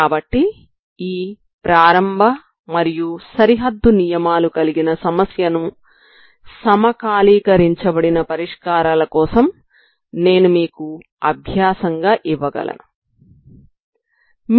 కాబట్టి ఈ ప్రారంభ మరియు సరిహద్దు నియమాలు కలిగిన సమస్యను సమకాలీకరించబడిన పరిష్కారాల కోసం నేను మీకు అభ్యాసంగా ఇవ్వగలను సరేనా